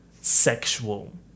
sexual